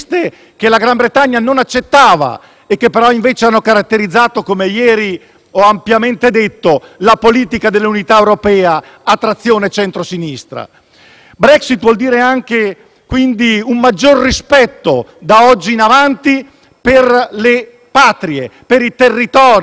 e che invece hanno caratterizzato, come ho ampiamente detto ieri, la politica dell'Unione europea, a trazione di centrosinistra. La Brexit vuol dire anche un maggior rispetto, da oggi in avanti, per le patrie, per i territori e per la sovranità nazionale.